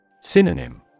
Synonym